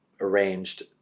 arranged